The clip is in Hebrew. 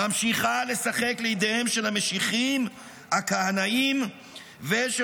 ממשיכה לשחק לידיהם של המשיחים הכהנאים ושל